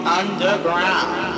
underground